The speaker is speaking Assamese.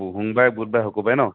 সোমবাৰে বুধবাৰে শুকুৰবাৰে ন